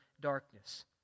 darkness